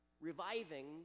reviving